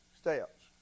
steps